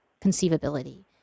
conceivability